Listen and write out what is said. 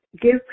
give